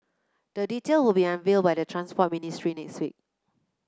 the detail will be unveiled by the Transport Ministry next week